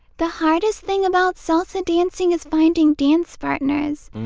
the hardest thing about salsa dancing is finding dance partners.